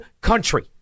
country